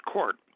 Court